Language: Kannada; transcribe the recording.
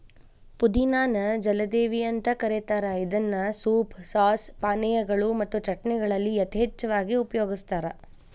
ಪುದಿನಾ ನ ಜಲದೇವಿ ಅಂತ ಕರೇತಾರ ಇದನ್ನ ಸೂಪ್, ಸಾಸ್, ಪಾನೇಯಗಳು ಮತ್ತು ಚಟ್ನಿಗಳಲ್ಲಿ ಯಥೇಚ್ಛವಾಗಿ ಉಪಯೋಗಸ್ತಾರ